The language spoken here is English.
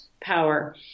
power